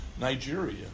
Nigeria